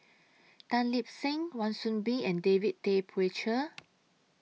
Tan Lip Seng Wan Soon Bee and David Tay Poey Cher